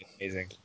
amazing